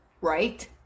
Right